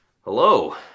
hello